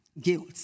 Guilt